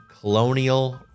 Colonial